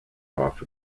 off